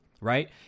Right